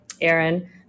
Aaron